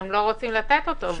הם לא רוצים לתת אותו.